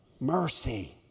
Mercy